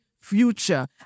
future